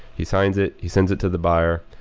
he signs it, he sends it to the buyer,